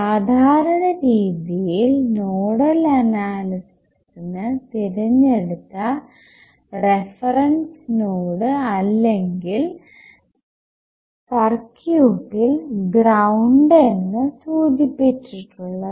സാധാരണ രീതിയിൽ നോഡൽ അനാലിസിസിനു തിരഞ്ഞെടുത്ത റഫറൻസ് നോഡ് അല്ലെങ്കിൽ സർക്യൂട്ടിൽ ഗ്രൌണ്ട് എന്ന് സൂചിപ്പിച്ചിട്ടുള്ളത്